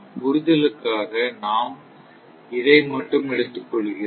புரிதலுக்காக நாம் இதை மட்டும் எடுத்துக் கொள்கிறோம்